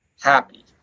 happy